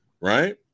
Right